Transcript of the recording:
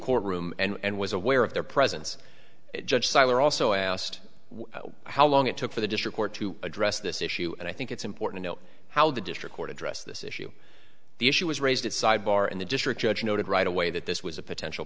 courtroom and was aware of their presence judge siler also asked how long it took for the district court to address this issue and i think it's important to note how the district court address this issue the issue was raised at sidebar and the district judge noted right away that this was a potential